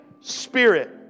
spirit